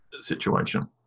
situation